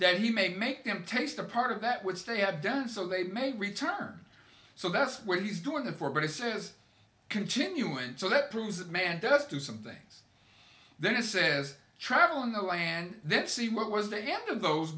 that he may make them taste a part of that would say have done so they may return so that's what he's doing it for but he says continue and so that proves that man does do some things then he says travel in the land that see what was the end of those